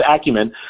acumen